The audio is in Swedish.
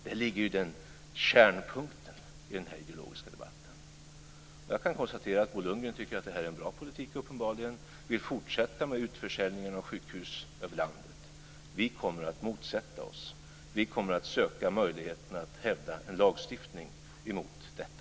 Där ligger kärnpunkten i denna ideologiska debatt. Jag kan konstatera att Bo Lundgren uppenbarligen tycker att detta är en bra politik och att han vill fortsätta med utförsäljningen av sjukhus över landet. Vi kommer att motsätta oss det. Vi kommer att söka möjligheterna att hävda en lagstiftning mot detta.